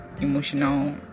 emotional